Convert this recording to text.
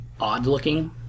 odd-looking